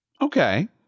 Okay